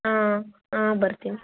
ಹಾಂ ಹಾಂ ಬರ್ತೀನಿ